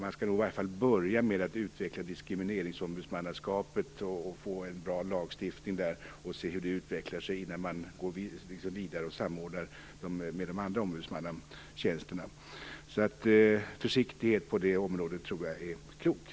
Man skall nog i varje fall börja med att utveckla diskrimineringsombudsmannaskapet, få en bra lagstiftning där och se hur det utvecklar sig innan man går vidare och samordnar med de andra ombudsmannatjänsterna. Försiktighet på det området tror jag är klokt.